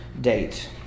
date